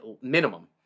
minimum